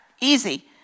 Easy